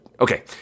Okay